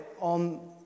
on